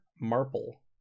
Marple